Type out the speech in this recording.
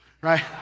right